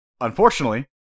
Unfortunately